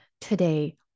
today